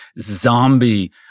zombie